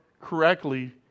correctly